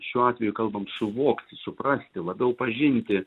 šiuo atveju kalbam suvokti suprasti labiau pažinti